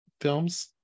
films